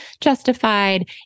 justified